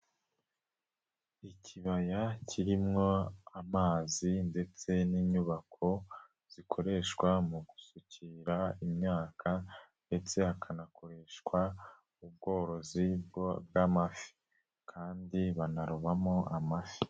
Ikibaya kirimo amazi ndetse n'inyubako, zikoreshwa mu gusukirara imyaka ndetse hakanakoreshwa ubworozi bw'amafi kandi banarobamo amafi.